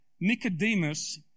Nicodemus